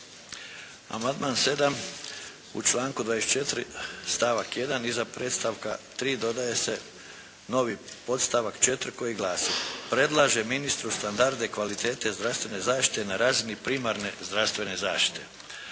Amandman 7. u članku 24. stavak 1. iza predstavka 3. dodaje se novi podstavak 4. koji glasi: "Predlaže ministru standarde kvalitete zdravstvene zaštite na razini primarne zdravstvene zaštite".